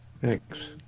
Thanks